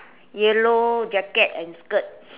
yellow jacket and skirt